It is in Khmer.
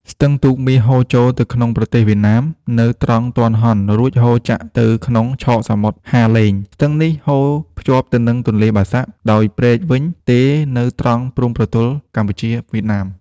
ស្ទឹងទូកមាស ហូរចូលទៅក្នុងប្រទេសវៀតណាម នៅត្រង់ទាន់ហន់ រួចហូរចាក់ទៅក្នុងឆកសមុទ្រហាឡេង ស្ទឹងនេះហូរភ្ជាប់ទៅនឹងទន្លេបាសាក់ដោយព្រែកវិញទេរនៅត្រង់ព្រំប្រទល់កម្ពុជា-វៀតណាម។